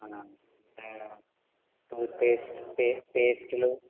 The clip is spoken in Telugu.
tooth paste paste పేస్ట్లు